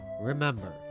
Remember